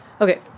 Okay